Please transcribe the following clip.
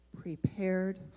prepared